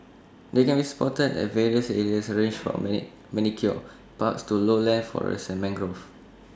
they can be spotted at various areas ranged from many manicured parks to lowland forests and mangroves